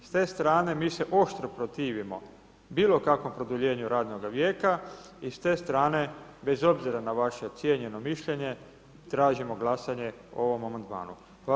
S te strane mi se oštro protivimo bilo kakvom produljenju radnoga vijeka i s te strane bez obzira na vaše cijenjeno mišljenje tražimo glasanje o ovom amandman.